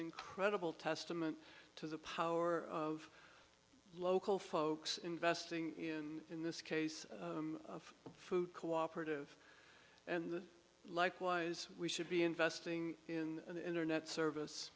incredible testament to the power of local folks investing in in this case of food cooperative and likewise we should be investing in internet service